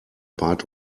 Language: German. bat